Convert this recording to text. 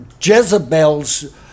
Jezebel's